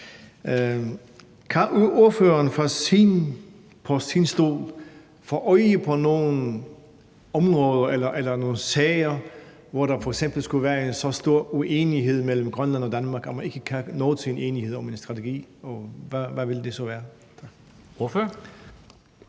Kan ordføreren fra sin stol få øje på nogle områder eller nogle sager, hvor der f.eks. skulle være en så stor uenighed mellem Grønland og Danmark, at man ikke kan nå til en enighed om en strategi? Og hvad ville det så være?